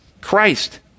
Christ